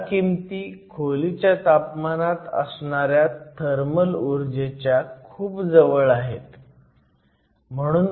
ह्या किमती खोलीच्या तापमानात असणाऱ्या थर्मल ऊर्जेच्या खूप जवळ आहेत